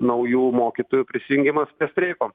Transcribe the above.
naujų mokytojų prisijungimas prie streiko